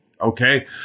okay